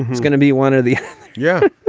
he's gonna be one of the yeah.